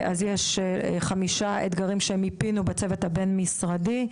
אז יש חמישה אתגרים שמיפינו בצוות הבין משרדי,